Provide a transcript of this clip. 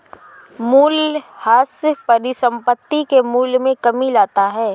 मूलयह्रास परिसंपत्ति के मूल्य में कमी लाता है